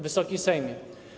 Wysoki Sejmie!